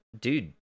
Dude